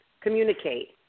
communicate